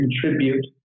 contribute